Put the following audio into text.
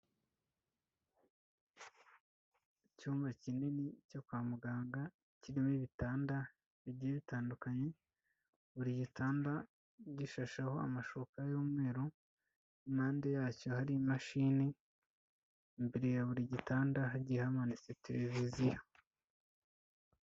Icyumba kinini cyo kwa muganga kirimo ibitanda bijye bitandukanye, buri gitanda gishasheho amashuka y'umweru, impande yacyo hari imashini, imbere ya buri gitanda hagiye hamanitse televiziyo.